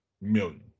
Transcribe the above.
million